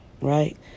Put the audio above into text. Right